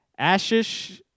Ashish